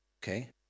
Okay